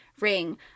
ring